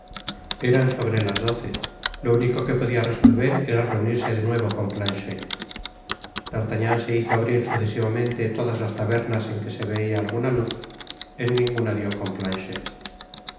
eran sobre las doce lo único que podia resolver era reunirse de nuevo con planchet d'artagnan se hizo abrir sucesivamente todas las tabernas en que se veia alguna luz en ninguna dió con planchet